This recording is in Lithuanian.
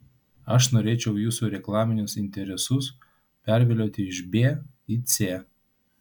aš norėčiau jūsų reklaminius interesus pervilioti iš b į c